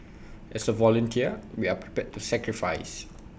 as A volunteer we are prepared to sacrifice